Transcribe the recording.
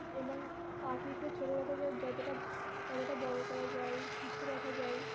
এবং পাখিকে ছোটোবেলা থেকে যতটা কতটা বড়ো করা যায় সুস্থ রাখা যায়